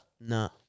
No